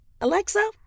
Alexa